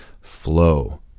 flow